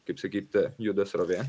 kaip sakyti juda srovė